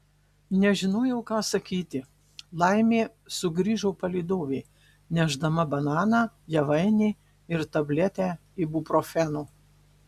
nežinojau ką sakyti laimė sugrįžo palydovė nešdama bananą javainį ir tabletę ibuprofeno